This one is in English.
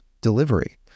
delivery